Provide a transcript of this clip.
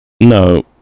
No